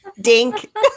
Dink